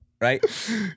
Right